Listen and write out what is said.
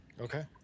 Okay